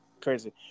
Crazy